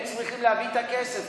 הם צריכים להביא את הכסף,